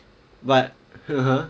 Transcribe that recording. but (uh huh)